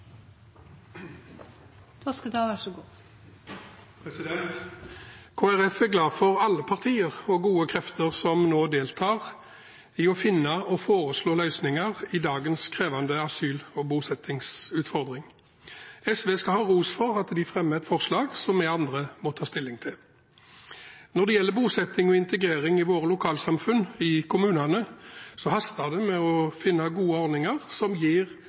er glad for alle partier og gode krefter som nå deltar i å finne og foreslå løsninger i dagens krevende asyl- og bosettingsutfordring. SV skal ha ros for at de fremmer forslag som vi andre må ta stilling til. Når det gjelder bosetting og integrering i våre lokalsamfunn, i kommunene, haster det med å finne gode ordninger som gir